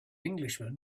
englishman